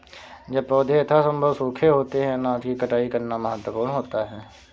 जब पौधे यथासंभव सूखे होते हैं अनाज की कटाई करना महत्वपूर्ण होता है